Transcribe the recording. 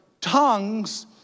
tongues